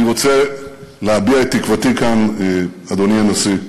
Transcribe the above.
אני רוצה להביע את תקוותי כאן, אדוני הנשיא,